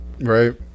Right